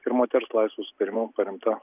ir moters laisvu susitarimu paremta